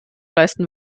leisten